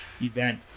event